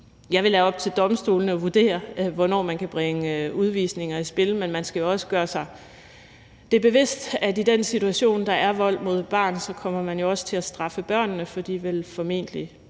det være op til domstolene at vurdere, hvornår der kan bringes udvisninger i spil, men man skal jo også gøre sig bevidst, at i den situation, hvor der er vold mod børn, kommer man jo til at straffe børnene, for de vil formentlig blive